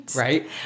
Right